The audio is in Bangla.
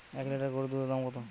এক লিটার গোরুর দুধের দাম কত?